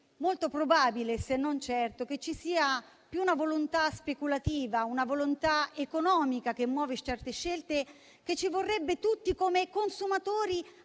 molto probabile, se non certo, che ci sia una volontà speculativa ed economica che muove certe scelte; volontà che ci vorrebbe tutti come consumatori